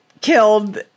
killed